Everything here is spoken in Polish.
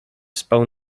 spał